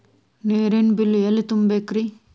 ನೇರಿನ ಬಿಲ್ ಎಲ್ಲ ತುಂಬೇಕ್ರಿ?